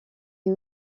est